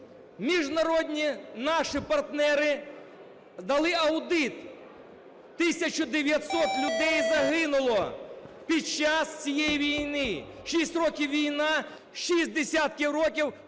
Міжнародні наші партнери дали аудит: 1900 людей загинуло під час цієї війни. 6 років війна, 60 років